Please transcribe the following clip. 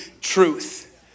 truth